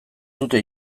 dute